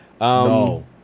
No